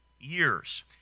years